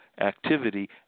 activity